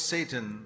Satan